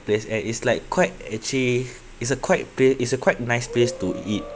place and it's like quite actually it's a quite pa~ it's a quite nice place to eat